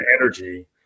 energy